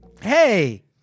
hey